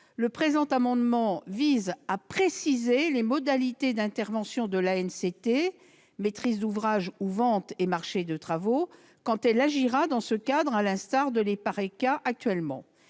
Le présent amendement vise à préciser les modalités d'intervention de l'ANCT- maîtrise d'ouvrage ou vente et marchés de travaux -quand elle agira dans ce cadre, à l'instar de l'EPARECA actuellement.